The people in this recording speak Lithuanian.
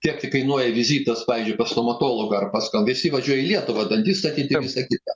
kiek tai kainuoja vizitas pavyzdžiui pas stomatologą ar pas ką visi važiuoja į lietuvą dantis statyti visa kita